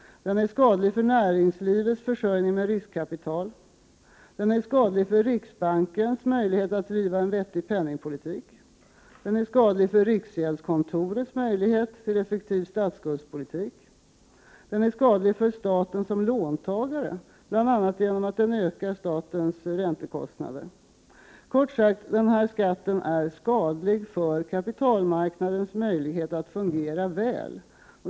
Den är skadlig för näringslivets försörjning med riskkapital. Den är skadlig för riksbankens möjligheter att driva en vettig penningpolitik. Den är skadlig för riksgäldskontorets möjlighet till effektiv statsskuldspolitik. Den är skadlig för staten som låntagare, bl.a. genom att den ökar statens räntekostnader. Kort sagt är denna skatt skadlig för kapitalmarknadens möjlighet att fungera väl.